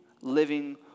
living